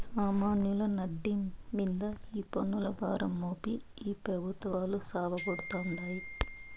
సామాన్యుల నడ్డి మింద ఈ పన్నుల భారం మోపి ఈ పెబుత్వాలు సావగొడతాండాయి